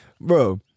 bro